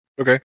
okay